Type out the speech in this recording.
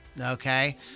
okay